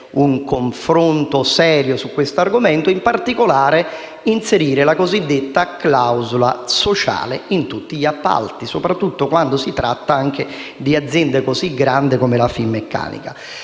un confronto serio sull'argomento), inserire la cosiddetta clausola sociale in tutti gli appalti, soprattutto quando si tratta di aziende così grandi come la Finmeccanica.